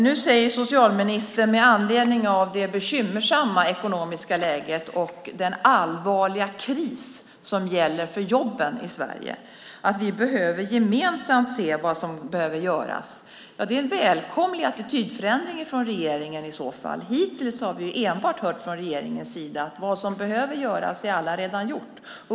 Nu säger socialministern med anledning av det bekymmersamma ekonomiska läget och den allvarliga kris som gäller för jobben i Sverige att vi behöver se gemensamt vad som behöver göras. Det är en välkommen attitydförändring från regeringen. Hittills har vi enbart hört från regeringens sida att vad som behöver göras allaredan är gjort.